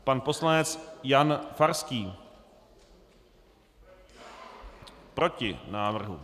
Pan poslanec Jan Farský: Proti návrhu.